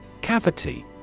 Cavity